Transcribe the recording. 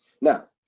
Now